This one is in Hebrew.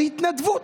בהתנדבות.